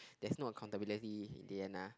there's no accountability in the end lah